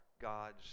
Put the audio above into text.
God's